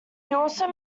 also